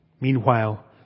Meanwhile